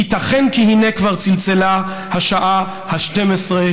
ייתכן כי הינה כבר צלצלה השעה ה-12,